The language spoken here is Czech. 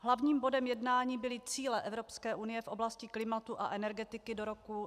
Hlavním bodem jednání byly cíle Evropské unie v oblasti klimatu a energetiky do roku 2030.